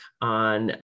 on